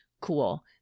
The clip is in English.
cool